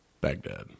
Baghdad